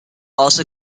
also